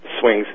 Swings